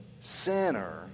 sinner